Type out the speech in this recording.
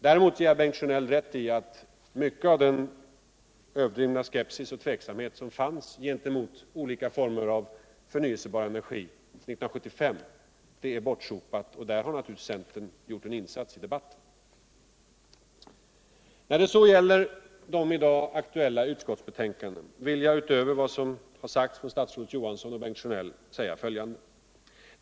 Däremot ger jag Bengt Sjönell rätt i att mycket av den överdrivna skepsis och tveksamhet som fanns gentemot olika former av förnyelsebar energi 1975 nu är bortsopad. Och där har naturligtvis centern gjort en insats i debatten. När det så gäller de i dag aktuella utskottsbetänkandena vill jag utöver vad som har anförts av statsrådet Johansson och Bengt Sjönell säga följande.